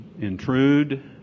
intrude